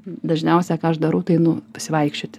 dažniausia ką aš darau tai einu pasivaikščioti